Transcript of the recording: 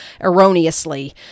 erroneously